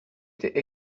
étaient